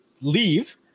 leave